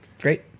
Great